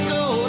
go